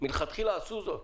מלכתחילה עשו זאת.